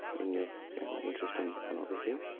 in your interest in pornography',